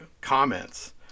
comments